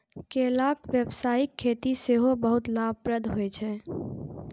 केलाक व्यावसायिक खेती सेहो बहुत लाभप्रद होइ छै